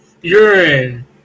urine